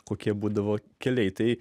kokie būdavo keliai tai